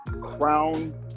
crown